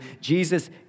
Jesus